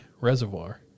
reservoir